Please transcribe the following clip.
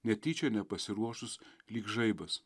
netyčia nepasiruošus lyg žaibas